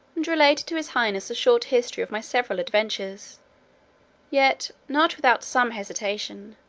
and related to his highness a short history of my several adventures yet not without some hesitation,